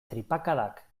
tripakadak